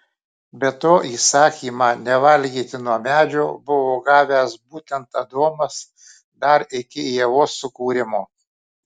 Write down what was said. be to įsakymą nevalgyti nuo medžio buvo gavęs būtent adomas dar iki ievos sukūrimo